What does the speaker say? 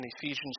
Ephesians